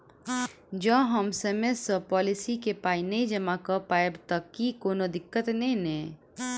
जँ हम समय सअ पोलिसी केँ पाई नै जमा कऽ पायब तऽ की कोनो दिक्कत नै नै?